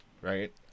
Right